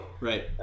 Right